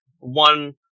one